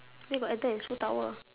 where got adam and sue towel